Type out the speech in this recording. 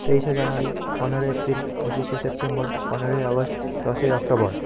তেইশে জানুয়ারি পনেরোই এপ্রিল পঁচিশে সেপ্টেম্বর পনেরোই আগস্ট দশই অক্টোবর